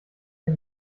der